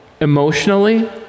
emotionally